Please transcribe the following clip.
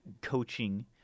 coaching